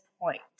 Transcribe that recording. point